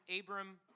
Abram